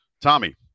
Tommy